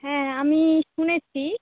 হ্যাঁ আমি শুনেছি